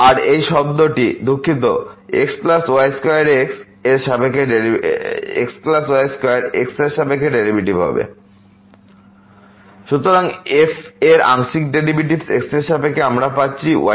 আর এই শব্দটি দুঃখিত xy2x এর সাপেক্ষে ডেরিভেটিভ হবে xy2y3 xy31xy22y5xy22 সুতরাং f এর আংশিক ডেরিভেটিভ x এর সাপেক্ষে আমরা পাচ্ছি y5xy22